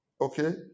Okay